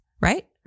Right